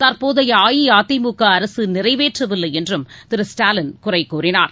தற்போதைய அஇஅதிமுக அரசு நிறைவேற்றவில்லை என்றும் திரு ஸ்டாலின் குறை கூறினார்